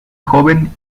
joven